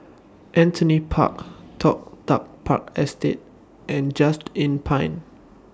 Anthony Road Toh Tuck Park Estate and Just Inn Pine